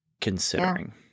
considering